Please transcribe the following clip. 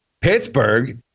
Pittsburgh